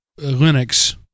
linux